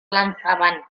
lanzaban